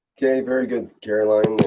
okay, very good caroline